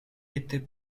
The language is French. était